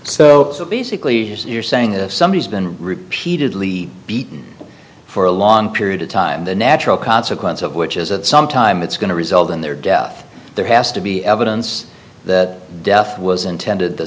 so basically you're saying if somebody has been repeatedly beaten for a long period of time the natural consequence of which is that sometime it's going to result in their death there has to be evidence that death was intended the